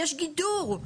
יש גידור.